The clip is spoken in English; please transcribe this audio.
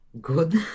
Good